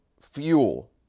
fuel